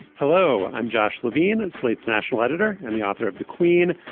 hello i'm josh levine and slate's national editor and the author of the queen.